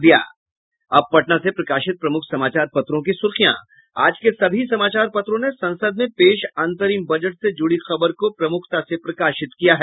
अब पटना से प्रकाशित प्रमुख समाचार पत्रों की सुर्खियां आज के सभी समाचार पत्रों ने संसद में पेश अंतरिम बजट से जुड़ी खबर को प्रमुखता से प्रकाशित किया है